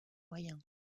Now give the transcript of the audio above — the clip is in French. moyens